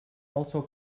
also